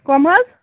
کٕم حظ